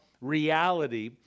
reality